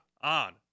on